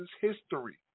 history